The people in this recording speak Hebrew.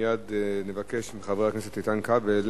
אנחנו מייד נבקש מחבר הכנסת איתן כבל